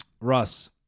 Russ